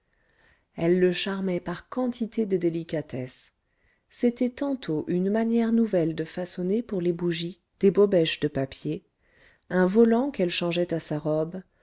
elle le charmait par quantité de délicatesses c'était tantôt une manière nouvelle de façonner pour les bougies des bobèches de papier un volant qu'elle changeait à sa robe